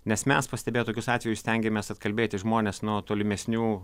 nes mes pastebėję tokius atvejus stengiamės atkalbėti žmones nuo tolimesnių